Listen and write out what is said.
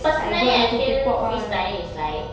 personally I feel free styling is like